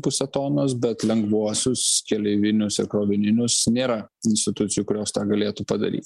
puse tonos bet lengvuosius keleivinius krovininius nėra institucijų kurios tą galėtų padaryt